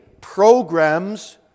programs